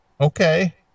Okay